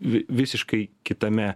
vi visiškai kitame